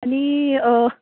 आनी